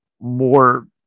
more